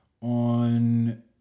on